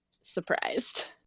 surprised